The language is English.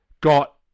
got